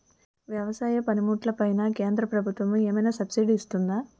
వ్యవసాయ పనిముట్లు పైన కేంద్రప్రభుత్వం ఏమైనా సబ్సిడీ ఇస్తుందా?